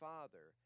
Father